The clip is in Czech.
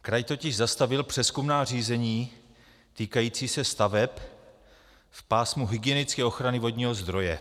Kraj totiž zastavil přezkumná řízení týkající se staveb v pásmu hygienické ochrany vodního zdroje.